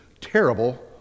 terrible